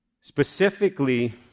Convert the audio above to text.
specifically